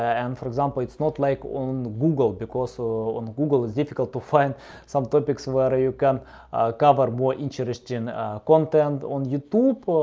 and for example, it's not like on google because so google is difficult to find some topics where you can cover more interesting content. on youtube,